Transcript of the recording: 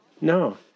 no